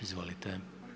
Izvolite.